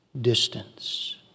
distance